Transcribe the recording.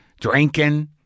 Drinking